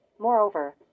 Moreover